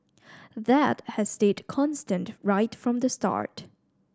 that has stayed constant right from the start